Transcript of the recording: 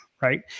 right